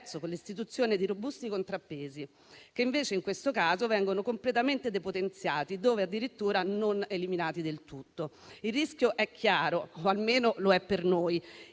con l'istituzione di robusti contrappesi, che invece in questo caso vengono completamente depotenziati, dove addirittura non eliminati del tutto. Il rischio è chiaro, o almeno lo è per noi: